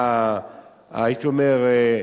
והייתי אומר,